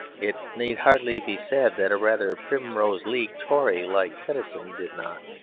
it need hardly be said that a rather primrose league tory like tennyson did not.